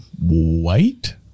White